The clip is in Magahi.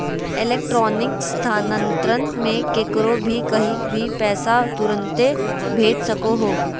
इलेक्ट्रॉनिक स्थानान्तरण मे केकरो भी कही भी पैसा तुरते भेज सको हो